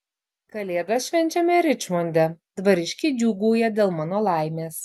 kalėdas švenčiame ričmonde dvariškiai džiūgauja dėl mano laimės